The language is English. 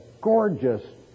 gorgeous